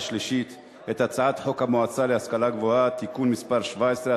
שלישית את הצעת חוק המועצה להשכלה גבוהה (תיקון מס' 17),